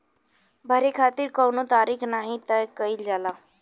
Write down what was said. भरे खातिर कउनो तारीख नाही तय कईल जाला